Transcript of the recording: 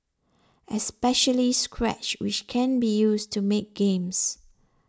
especially scratch which can be used to make games